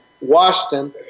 Washington